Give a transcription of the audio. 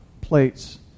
plates